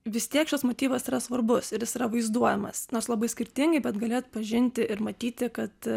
vis tiek šitas motyvas yra svarbus ir jis yra vaizduojamas nors labai skirtingai bet gali atpažinti ir matyti kad